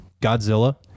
Godzilla